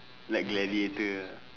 like gladiator ah